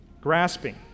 Grasping